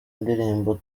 indirimbo